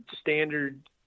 standard